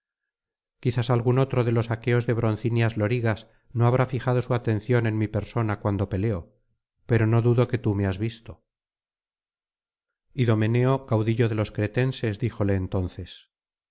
quizás algún otro de los aqueos de broncíneas lorigas no habrá fijado su atención en mi persona cuando peleo pero no dudo que tú me has visto idomeneo caudillo de los cretenses díjole entonces